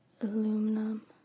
aluminum